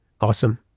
Awesome